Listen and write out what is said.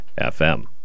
FM